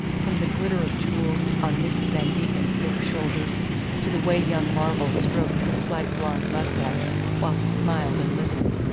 from the glitter of jewels on mrs. van degen's bare shoulders to the way young marvell stroked his slight blond moustache while he smiled and listened.